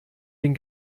den